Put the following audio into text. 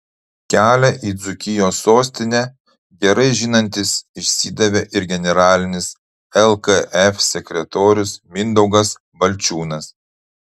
kelią į dzūkijos sostinę gerai žinantis išsidavė ir generalinis lkf sekretorius mindaugas balčiūnas